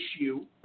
issue